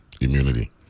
immunity